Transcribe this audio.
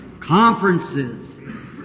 conferences